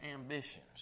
ambitions